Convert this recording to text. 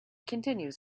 continues